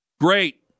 Great